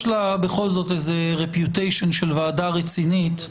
לה בכל זאת מוניטין של ועדה רצינית.